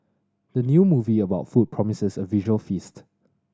the new movie about food promises a visual feast